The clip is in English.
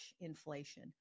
inflation